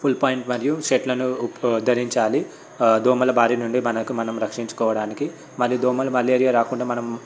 full pant మరియు షర్ట్లను ధరించాలి దోమల భారీ నుండి మనకు మనం రక్షించుకోవడానికి మరియు దోమలు మలేరియా రాకుండా మనం